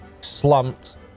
slumped